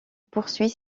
poursuit